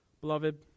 beloved